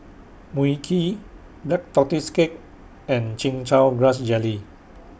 Mui Kee Black Tortoise Cake and Chin Chow Grass Jelly